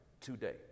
today